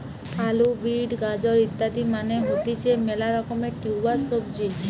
আলু, বিট, গাজর ইত্যাদি মানে হতিছে মেলা রকমের টিউবার সবজি